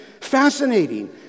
fascinating